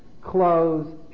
clothes